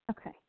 Okay